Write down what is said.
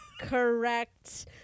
Correct